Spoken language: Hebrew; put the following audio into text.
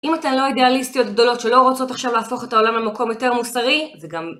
אם אתה לא אידיאליסטיות גדולות שלא רוצות עכשיו להפוך את העולם למקום יותר מוסרי, זה גם...